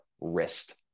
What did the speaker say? wrist